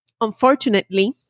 unfortunately